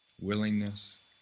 Willingness